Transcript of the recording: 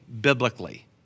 biblically